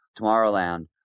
tomorrowland